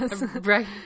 Right